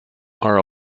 are